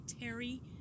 Terry